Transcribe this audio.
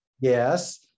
Yes